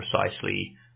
precisely